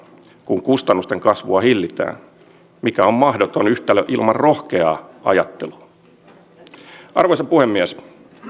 kun kustannusten kasvua hillitään mikä on mahdoton yhtälö ilman rohkeaa ajattelua arvoisa puhemies